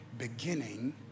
beginning